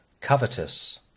Covetous